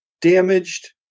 damaged